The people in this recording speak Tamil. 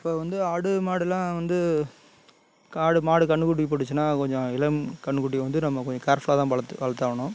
இப்போ வந்து ஆடு மாடுலாம் வந்து காடு மாடு கன்றுக்குட்டி போட்டுச்சுன்னா கொஞ்சம் இளம் கன்றுக்குட்டி வந்து நம்ம கொஞ்சம் கேர்ஃபுல்லாக தான் வளர்த்து வளர்த்தாவணும்